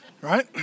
right